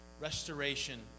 Restoration